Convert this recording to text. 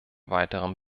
weiteren